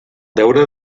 deure